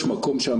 יש מקום שם,